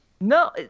No